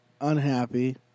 unhappy